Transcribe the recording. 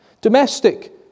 Domestic